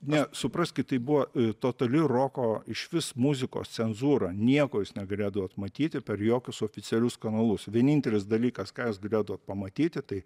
ne supraskit tai buvo totali roko išvis muzikos cenzūra nieko jūs negalėdavot matyti per jokius oficialius kanalus vienintelis dalykas ką jūs galėdavot pamatyti tai